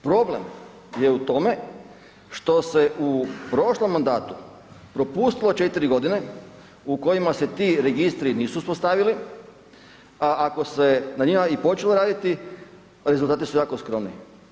Problem je u tome što se u prošlom mandatu propustilo 4 g. u kojima se ti registri nisu uspostavili a ako se na njima i počelo raditi, rezultati su jako skromni.